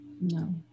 No